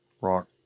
rock